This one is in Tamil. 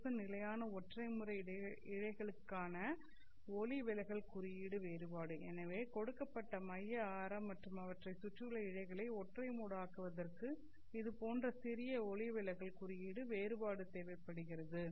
4 நிலையான ஒற்றை முறை மோட் இழைகளுக்கான ஒளி விலகல் குறியீடு வேறுபாடு எனவே கொடுக்கப்பட்ட மைய ஆரம் மற்றும் அவற்றைச் சுற்றியுள்ள இழைகளை ஒற்றை மோட் ஆக்குவதற்கு இது போன்ற சிறிய ஒளி விலகல் குறியீடு வேறுபாடு தேவைப்படுகிறது